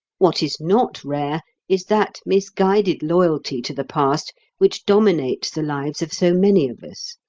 what is not rare is that misguided loyalty to the past which dominates the lives of so many of us.